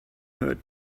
heard